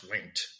linked